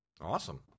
Awesome